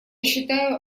считаю